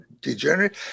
degenerate